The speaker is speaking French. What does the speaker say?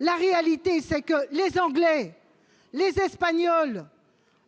La réalité, c'est que les Anglais, les Espagnols,